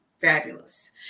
fabulous